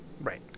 Right